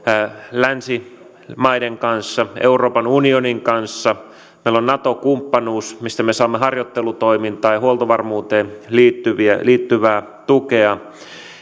länsimaiden kanssa euroopan unionin kanssa meillä on nato kumppanuus mistä me saamme harjoittelutoimintaan ja huoltovarmuuteen liittyvää tukea